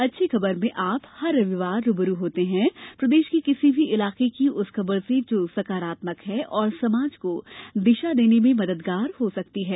अच्छी खबरमें आप हर रविवार रूबरू होते हैं प्रदेश के किसी भी इलाके की उस खबर से जो सकारात्मक है और समाज को दिशा देने में मददगार हो सकती है